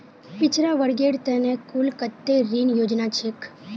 पिछड़ा वर्गेर त न कुल कत्ते ऋण योजना छेक